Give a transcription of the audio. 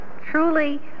truly